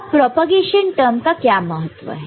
अब propagation term का क्या महत्व है